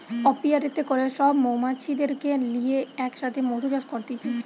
অপিয়ারীতে করে সব মৌমাছিদেরকে লিয়ে এক সাথে মধু চাষ করতিছে